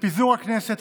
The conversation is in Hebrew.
לפיזור הכנסת,